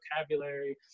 vocabulary